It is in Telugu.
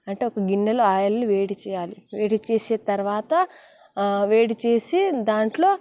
అంటే ఒక గిన్నెలో ఆయిల్ని వేడి చేయాలి వేడి చేసిన తరువాత వేడి చేసి దాంట్లో